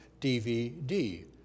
DVD